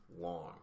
long